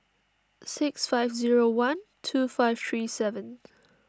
six five zero one two five three seven